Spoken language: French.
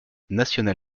national